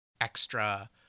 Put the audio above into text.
extra